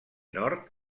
nord